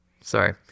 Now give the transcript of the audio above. sorry